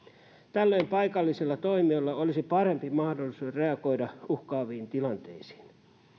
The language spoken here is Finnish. tällöin paikallisilla toimijoilla olisi parempi mahdollisuus reagoida uhkaaviin tilanteisiin